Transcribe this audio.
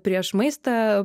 prieš maistą